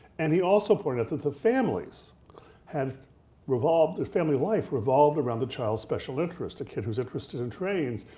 and he also pointed out that the families had revolved, their family life revolved around the child's special interests. if the kid was interested in trains,